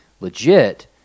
legit